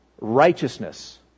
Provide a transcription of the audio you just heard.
righteousness